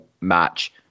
match